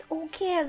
okay